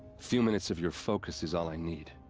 few minutes of your focus is all i need.